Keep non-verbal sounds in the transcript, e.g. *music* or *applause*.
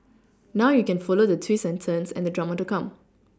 *noise* now you can follow the twists and turns and the drama to come